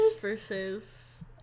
versus